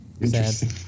interesting